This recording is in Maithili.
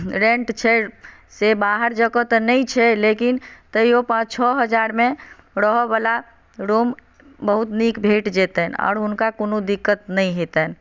रेन्ट छै से बाहर जाके तऽ नहि छै लेकिन तैयो पाँच छओ हजार मे रहऽ बला रूम बहुत नीक भेट जेतनि आओर हुनका कोनो दिक्कत नहि हेतैन